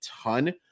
ton